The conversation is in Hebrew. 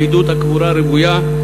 בעידוד הקבורה הרוויה,